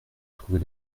trouver